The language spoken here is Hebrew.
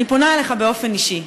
אני פונה אליך באופן אישי.